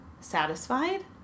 satisfied